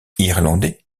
irlandais